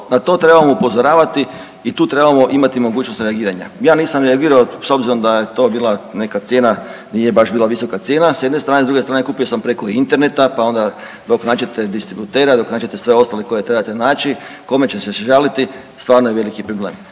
na to trebamo upozoravati i tu trebamo imati mogućnost reagiranja. Ja nisam reagirao s obzirom da je to bila neka cijena, nije baš bila visoka cijena, s jedne strane, s druge strane kupio sam preko interneta pa onda dok nađete distributera, dok nađete sve ostale koje trebate naći, kome ćete se žaliti stvarno je veliki problem.